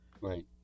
Right